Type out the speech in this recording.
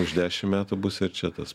už dešim metų bus ir čia tas